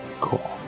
Cool